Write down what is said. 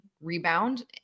rebound